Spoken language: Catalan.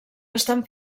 estan